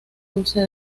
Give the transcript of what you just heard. dulce